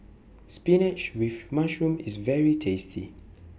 Spinach with Mushroom IS very tasty